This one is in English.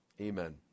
Amen